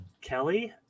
Kelly